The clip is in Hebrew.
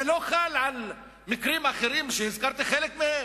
זה לא חל על מקרים אחרים שהזכרתי חלק מהם?